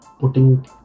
putting